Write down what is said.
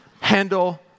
handle